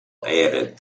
added